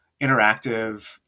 interactive